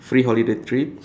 free holiday trip